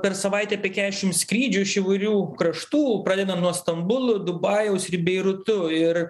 per savaitę apie kešim skrydžių iš įvairių kraštų pradedant nuo stambulo dubajaus ir beirutu ir